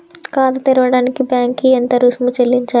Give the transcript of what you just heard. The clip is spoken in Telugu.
ఖాతా తెరవడానికి బ్యాంక్ కి ఎంత రుసుము చెల్లించాలి?